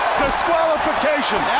disqualification